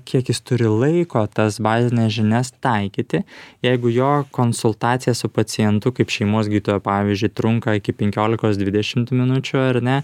kiek jis turi laiko tas bazines žinias taikyti jeigu jo konsultacija su pacientu kaip šeimos gydytojo pavyzdžiui trunka iki penkiolikos dvidešimt minučių ar ne